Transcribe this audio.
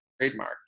trademark